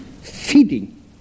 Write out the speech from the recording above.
feeding